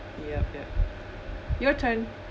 yup yup your turn